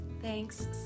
Thanks